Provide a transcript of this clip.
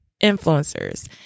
influencers